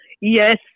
Yes